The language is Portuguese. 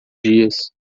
dias